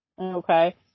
okay